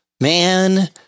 Man